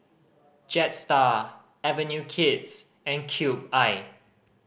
Jetstar Avenue Kids and Cube I